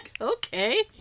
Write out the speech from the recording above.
okay